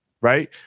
right